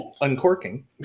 Uncorking